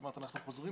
אנחנו חוזרים